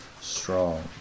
strong